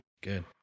Good